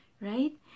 right